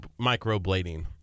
microblading